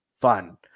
fun